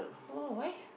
oh why